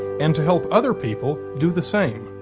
and to help other people do the same?